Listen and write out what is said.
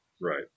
Right